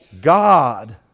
God